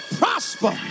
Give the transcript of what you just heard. prosper